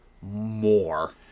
more